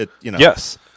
Yes